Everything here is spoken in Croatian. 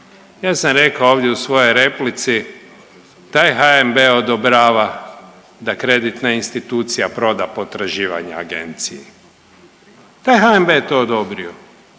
Ja sam rekao ovdje u svoj replici taj HNB odobrava da kreditna institucija proda potraživanja agenciji. Taj HNB je to odobrio